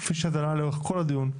כפי שזה עלה לאורך כל הדיון,